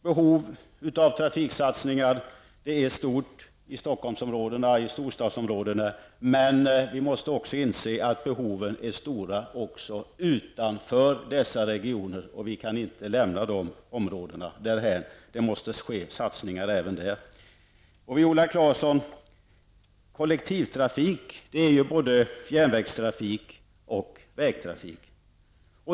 Behovet av trafiksatsningar är stort i storstadsområdena. Men vi måste också inse att behoven är stora även utanför dessa regioner, och vi kan inte lämna de andra områdena därhän. Det måste ske satsningar även där. Viola Claesson! Kollektivtrafik är både järnvägstrafik och vägtrafik.